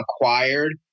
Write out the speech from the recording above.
acquired